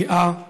גאה בצבאה.